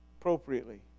appropriately